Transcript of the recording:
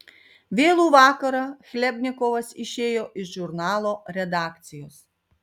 vėlų vakarą chlebnikovas išėjo iš žurnalo redakcijos